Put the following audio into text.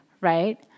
right